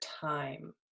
time